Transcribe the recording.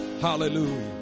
Hallelujah